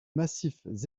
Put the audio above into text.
massifs